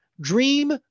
Dream